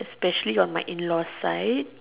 especially on my in laws side